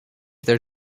their